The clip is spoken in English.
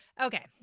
Okay